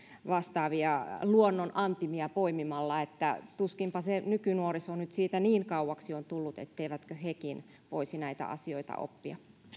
vastaavia luonnon antimia poimimalla tuskinpa se nykynuoriso nyt siitä niin kauaksi on tullut etteivätkö hekin voisi näitä asioita oppia